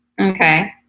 Okay